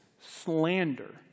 slander